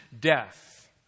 death